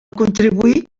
contribuir